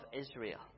Israel